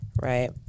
Right